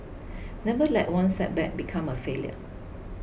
never let one setback become a failure